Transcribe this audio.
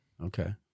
Okay